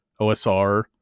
OSR